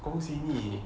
gong simi